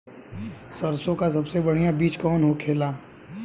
सरसों का सबसे बढ़ियां बीज कवन होखेला?